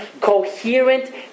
coherent